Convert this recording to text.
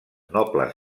nobles